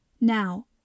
Now